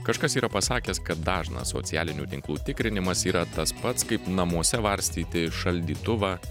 kažkas yra pasakęs kad dažnas socialinių tinklų tikrinimas yra tas pats kaip namuose varstyti šaldytuvą